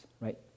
right